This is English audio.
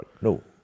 no